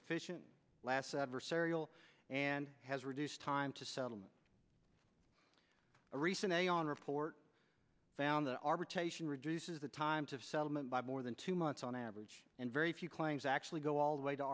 efficient last adversarial and has a reduced time to settle a recent a on report found that arbitration reduces the times of settlement by more than two months on average and very few claims actually go all the way to